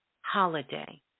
holiday